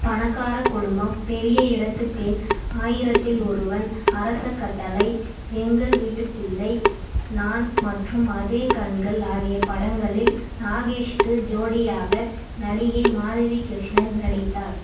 பணக்காரக் குடும்பம் பெரிய இடத்துப் பெண் ஆயிரத்தில் ஒருவன் அரசக்கட்டளை எங்கள் வீட்டு பிள்ளை நான் மற்றும் அதே கண்கள் ஆகிய படங்களில் நாகேஷுக்கு ஜோடியாக நடிகை மாதவி கிருஷ்ணன் நடித்தார்